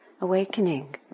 awakening